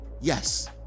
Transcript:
Yes